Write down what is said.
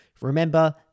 Remember